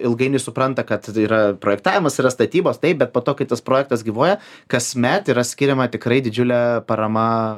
ilgainiui supranta kad tai yra projektavimas yra statybos taip bet po to kai tas projektas gyvuoja kasmet yra skiriama tikrai didžiulė parama